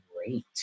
great